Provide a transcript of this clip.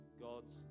god's